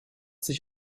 sich